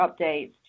updates